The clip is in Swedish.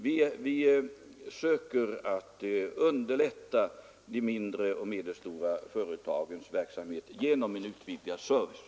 Vi söker underlätta de mindre och medelstora företagens verksamhet genom en utvidgad service.